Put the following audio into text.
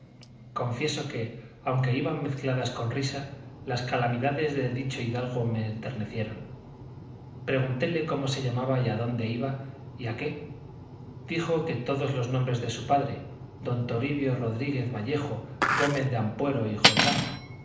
confieso que aunque iban mezcladas con risa las calamidades del dicho hidalgo me enternecieron preguntéle cómo se llamaba y adónde iba y a qué dijo que todos los nombres de su padre don toribio rodríguez vallejo gómez de ampuero y jordán